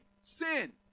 sin